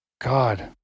god